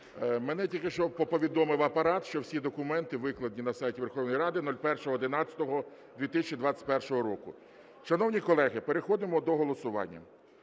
Мене тільки що повідомив Апарат, що всі документи викладені на сайті Верховної Ради 01.11.2021 року. Шановні колеги, переходимо до голосування.